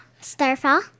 Starfall